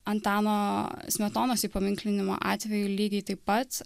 antano smetonos įpaminklinimo atveju lygiai taip pat